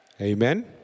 amen